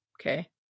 Okay